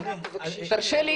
תרשה לי,